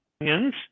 Onions